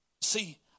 See